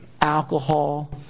alcohol